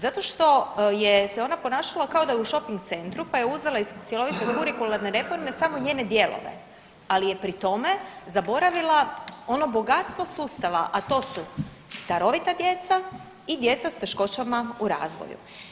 Zato što je se ona ponašala kao da je u šoping centru, pa je uzela iz cjelovite kurikularne reforme samo njene dijelove, ali je pri tome zaboravila ono bogatstvo sustava, a to su darovita djeca i djeca s teškoćama u razvoju.